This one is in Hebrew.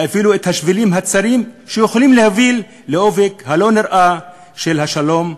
ואפילו את השבילים הצרים שיכולים להוביל לאופק הלא-נראה של השלום,